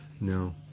No